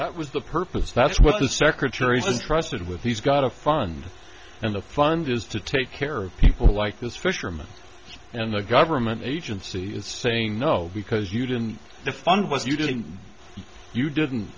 that was the purpose that's what the secretary is trusted with he's got a fund and the fund is to take care of people like this fisherman and the government agency is saying no because you didn't the fund was you didn't you didn't